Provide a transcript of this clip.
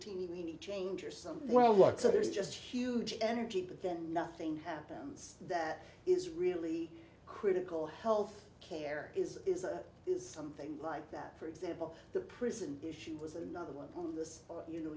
teeny weeny change or something while whatsoever is just huge energy but then nothing happens that is really critical health care is is a is something like that for example the prison issue was another one on the spot you